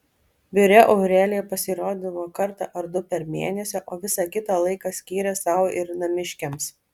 biure aurelija pasirodydavo kartą ar du per mėnesį o visą kitą laiką skyrė sau ir namiškiams